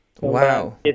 Wow